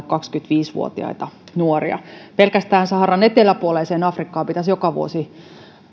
kaksikymmentäviisi vuotiaita nuoria pelkästään saharan eteläpuoliseen afrikkaan pitäisi joka vuosi